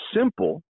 simple